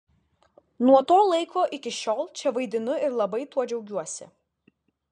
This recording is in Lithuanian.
nuo to laiko iki šiol čia vaidinu ir labai tuo džiaugiuosi